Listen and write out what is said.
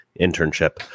internship